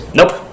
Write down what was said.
Nope